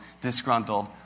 disgruntled